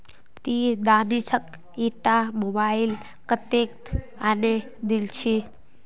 ती दानिशक ईटा मोबाइल कत्तेत आने दिल छि